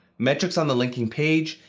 metrics on the linking page,